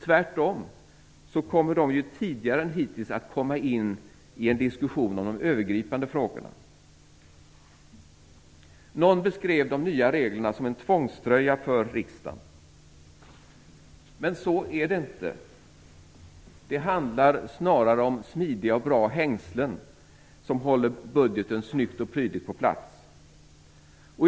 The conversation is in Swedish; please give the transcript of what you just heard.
Tvärtom kommer de ju tidigare än hittills att komma in i en diskussion om de övergripande frågorna. Någon beskrev de nya reglerna som en tvångströja för riksdagen, men så är det inte. Det handlar snarare om smidiga och bra hängslen, som håller budgeten snyggt och prydligt på plats.